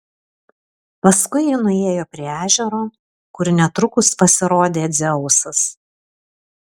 paskui ji nuėjo prie ežero kur netrukus pasirodė dzeusas